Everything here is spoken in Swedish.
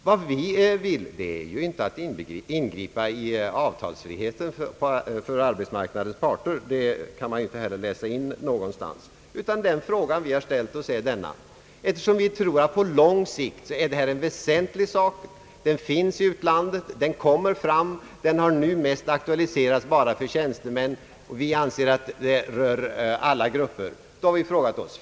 Vad vi vill är inte att ingripa i avtalsfriheten för arbetsmarknadens parter. Det kan man ju inte heller läsa in någonstans. Vi tror att denna reform är något mycket väsentligt på lång sikt. Den är genomförd i utlandet. Den kommer fram så småningom, men den har nu mest aktualiserats bara för tjänstemännen. Vi anser emellertid att frågan rör alla grupper.